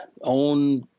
own